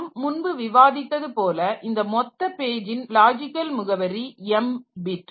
நாம் முன்பு விவாதித்தது போல இந்த மொத்த பேஜின் லாஜிக்கல் முகவரி m பிட்